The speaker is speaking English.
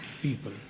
people